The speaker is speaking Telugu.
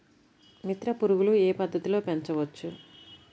మిత్ర పురుగులు ఏ పద్దతిలో పెంచవచ్చు?